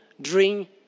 drink